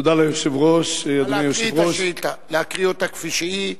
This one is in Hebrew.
בבקשה להקריא את השאילתא כפי שהיא.